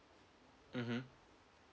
mmhmm